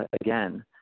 again